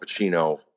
pacino